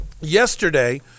Yesterday